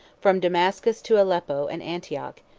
from damascus to aleppo and antioch,